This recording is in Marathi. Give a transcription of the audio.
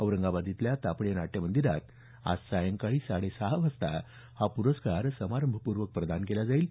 औरंगाबाद इथल्या तापडिया नाट्यमंदिरात आज सायंकाळी साडे सहा वाजता हा प्रस्कार समारंभपूर्वक प्रदान केला जाईल